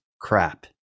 crap